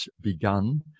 begun